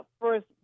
first